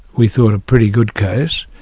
we thought, a pretty good case,